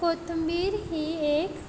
कोथिंबीर ही एक